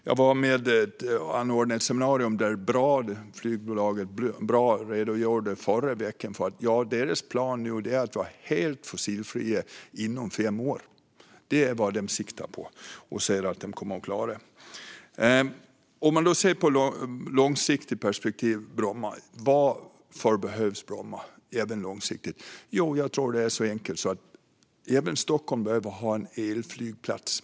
Jag var med och anordnade ett seminarium i förra veckan, där flygbolaget BRA redogjorde för sina planer att vara helt fossilfria inom fem år. Det är vad de siktar på och säger att de kommer att klara. Varför behövs då Bromma i ett långsiktigt perspektiv? Jag tror att det är så enkelt som att även Stockholm behöver ha en elflygplats.